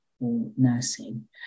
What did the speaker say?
nursing